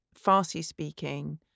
Farsi-speaking